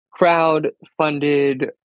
crowdfunded